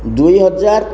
ଦୁଇ ହଜାର